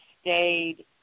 stayed